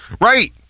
Right